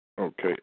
Okay